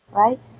right